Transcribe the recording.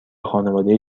خانواده